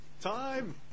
time